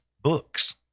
books